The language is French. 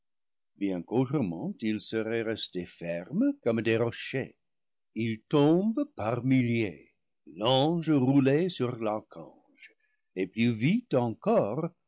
qu'autrement ils seraient restés fermes comme des ro chers ils tombent par milliers l'ange roulé sur l'archange et plus vite encore